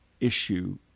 issue